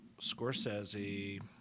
Scorsese